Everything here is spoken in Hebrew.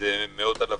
זה מאות אלפים.